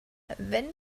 wenn